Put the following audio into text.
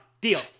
Deal